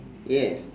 yes